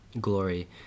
glory